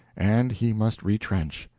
and he must retrench.